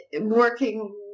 working